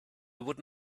would